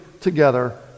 together